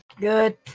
Good